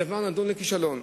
הדבר נידון לכישלון,